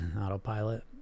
Autopilot